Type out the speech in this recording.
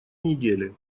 недели